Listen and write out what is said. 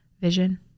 vision